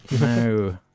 No